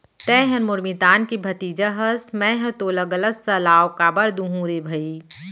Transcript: तैंहर मोर मितान के भतीजा हस मैंहर तोला गलत सलाव काबर दुहूँ रे भई